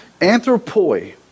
anthropoi